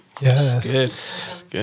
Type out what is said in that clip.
Yes